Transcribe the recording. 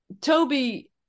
Toby